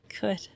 good